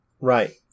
right